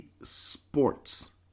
Sports